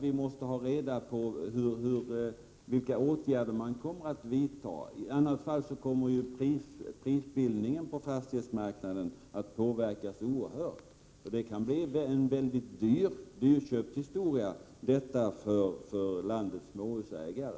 Vi måste få reda på vilka åtgärder regeringen tänker vidta. I annat fall kommer prisbildningen på fastighetsmarknaden att påverkas oerhört mycket. Detta kan bli en dyrköpt historia för landets småhusägare.